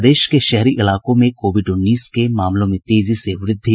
प्रदेश के शहरी इलाकों में कोविड उन्नीस के मामलों में तेजी से वृद्धि